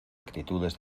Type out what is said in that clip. actitudes